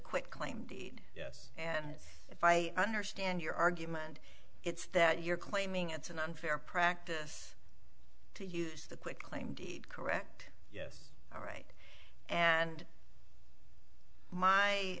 quit claim deed yes and if i understand your argument it's that you're claiming it's an unfair practice to use the quit claim deed correct yes all right and my